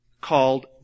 called